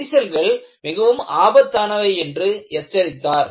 விரிசல்கள் மிகவும் ஆபத்தானவை என்று எச்சரித்தார்